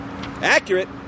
Accurate